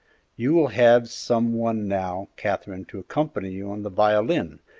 you will have some one now, katherine, to accompany you on the violin,